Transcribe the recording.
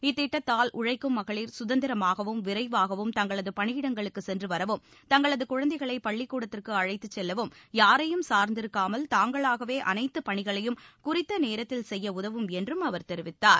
இத்திட்டத்தால் உழைக்கும் மகளிர் கசுதந்திரமாகவும் விரைவாகவும் தங்களது பணியிடங்களுக்குச் சென்று வரவும் தங்களது குழந்தைகளை பள்ளிக் கூடத்திற்கு அழைத்துச் செல்லவும் யாரையும் சார்ந்திருக்காமல் தாங்களாகவே அனைத்துப் பணிகளையும் குறித்த நேரத்தில் செய்யும் உதவும் என்றும் அவர் தெரிவித்தார்